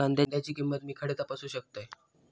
कांद्याची किंमत मी खडे तपासू शकतय?